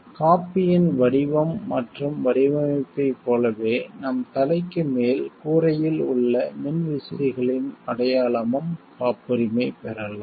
காபியின் வடிவம் மற்றும் வடிவமைப்பைப் போலவே நம் தலைக்கு மேல் கூரையில் உள்ள மின்விசிறிகளின் அடையாளமும் காப்புரிமை பெறலாம்